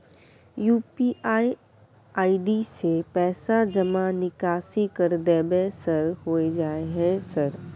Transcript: UPI ID से पैसा जमा निकासी कर देबै सर होय जाय है सर?